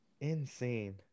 Insane